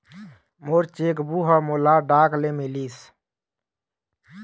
मोर cheque book ह मोला डाक ले मिलिस